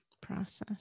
process